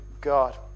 God